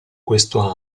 questo